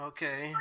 Okay